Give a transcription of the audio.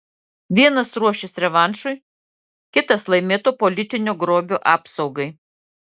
vienas ruošis revanšui kitas laimėto politinio grobio apsaugai